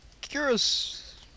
Curious